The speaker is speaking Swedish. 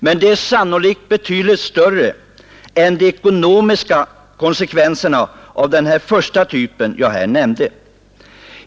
Men de är sannolikt betydligt större än de ekonomiska konsekvenserna av den första typ av markspekulation som jag här nämnde.